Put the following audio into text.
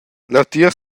leutier